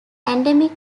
endemic